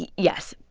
and yes,